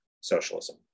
socialism